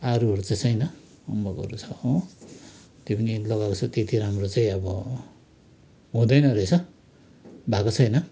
आरुहरू चाहिँ छैन अम्बकहरू छ हो त्यो पनि लगाएको छु त्यति राम्रो चाहिँ अब हुँदैन रहेछ भएको छैन